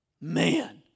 Man